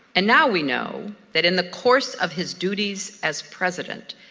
and now we know that in the course of his duties as president,